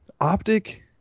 optic